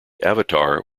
avatar